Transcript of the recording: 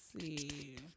see